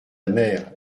mère